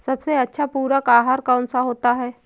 सबसे अच्छा पूरक आहार कौन सा होता है?